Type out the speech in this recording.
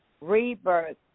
Rebirth